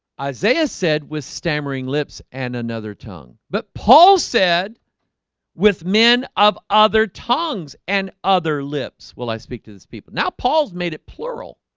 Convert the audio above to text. isaiah said with stammering lips and another tongue, but paul said with men of other tongues and other lips will i speak to these people now paul's made it plural?